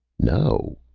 no!